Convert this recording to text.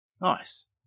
Nice